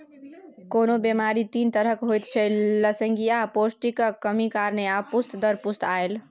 कोनो बेमारी तीन तरहक होइत छै लसेंगियाह, पौष्टिकक कमी कारणेँ आ पुस्त दर पुस्त आएल